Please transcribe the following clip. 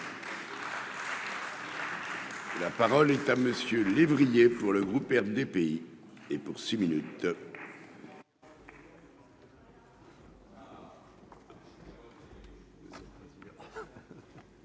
La parole est à monsieur lévriers pour le groupe RDPI et pour six minutes.